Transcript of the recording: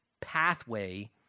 pathway